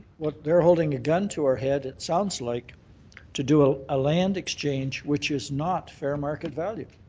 what they're holding a gun to our head it sounds like to do ah a land exchange which is not fair market value.